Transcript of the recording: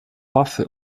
waffe